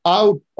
out